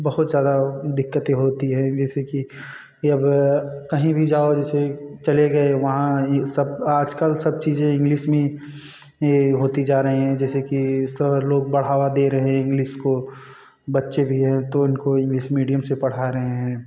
बहुत ज़्यादा दिक्कतें होती हैं जैसे कि अब कहीं भी जाओ जैसे चले गए वहाँ इ सब आजकल सब चीज़ें इंग्लिस में ही यह होती जा रही हैं जैसे कि सर लोग बढ़ावा दे रहे हैं इंग्लिस को बच्चे भी हैं तो इनको इंग्लिस मीडियम से पढ़ा रहे हैं